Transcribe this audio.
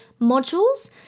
modules